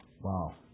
wow